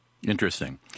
Interesting